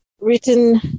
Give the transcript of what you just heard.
written